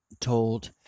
told